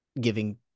giving